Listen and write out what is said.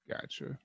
gotcha